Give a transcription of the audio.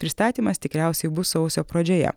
pristatymas tikriausiai bus sausio pradžioje